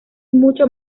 mucho